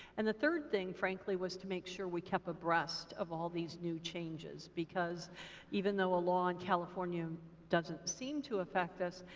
and the third thing, frankly, was to make sure we kept abreast of all these new changes. because even though a law in california doesn't seem to affect us,